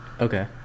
okay